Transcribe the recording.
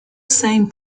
same